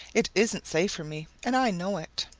it isn't safe for me, and i know it.